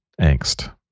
angst